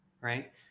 right